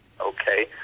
Okay